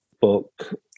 book